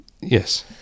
Yes